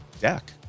deck